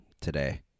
today